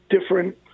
different